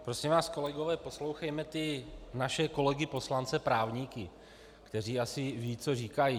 Prosím vás kolegové, poslouchejme ty naše kolegy poslance právníky, kteří asi vědí, co říkají.